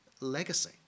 legacy